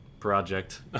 project